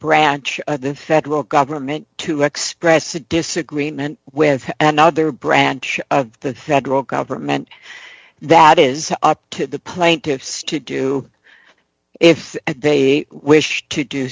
branch of the federal government to express a disagreement with another branch of the federal government that is up to the plaintiffs to do if they wish to do